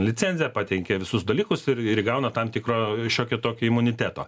licenciją pateikia visus dalykus ir įgauna tam tikro šiokio tokio imuniteto